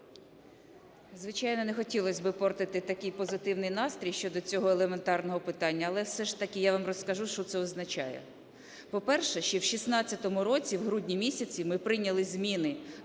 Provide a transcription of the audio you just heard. Звичайно, не хотілось портити такий позитивний настрій щодо цього елементарного питання, але все ж таки я вам розкажу, що це означає. По-перше, ще в 16-му році в грудні місяці ми прийняли зміни